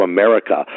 America